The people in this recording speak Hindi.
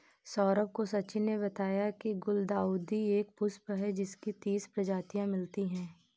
सौरभ को सचिन ने बताया की गुलदाउदी एक पुष्प है जिसकी तीस प्रजातियां मिलती है